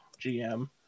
gm